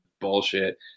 bullshit